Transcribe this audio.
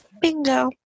bingo